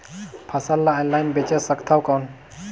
फसल ला ऑनलाइन बेचे सकथव कौन?